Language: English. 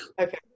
Okay